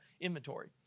inventory